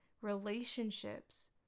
relationships